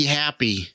happy